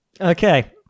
Okay